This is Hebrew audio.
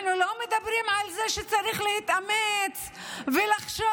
אנחנו לא מדברים על זה שצריך להתאמץ ולחשוב